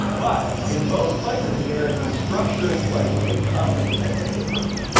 but in both places there is a structure in place to accommodate that naked person.